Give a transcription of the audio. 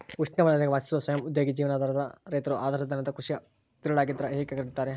ಉಷ್ಣವಲಯದಾಗ ವಾಸಿಸುವ ಸ್ವಯಂ ಉದ್ಯೋಗಿ ಜೀವನಾಧಾರ ರೈತರು ಆಹಾರಧಾನ್ಯದ ಕೃಷಿಯ ತಿರುಳಾಗಿದ್ರ ಹೇಗೆ ಕರೆಯುತ್ತಾರೆ